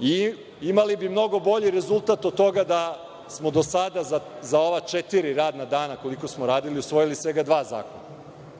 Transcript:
I, imali bi mnogo bolji rezultat od toga da smo do sada za ova četiri radna dana koliko smo radili, usvojili svega dva zakona.